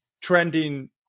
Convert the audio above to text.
trending